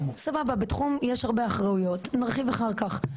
סבבה, בתחום יש הרבה אחריות, נרחיב אחר כך.